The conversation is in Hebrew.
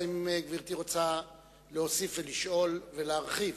האם גברתי רוצה להוסיף ולשאול ולהרחיב?